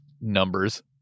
numbers